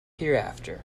hereafter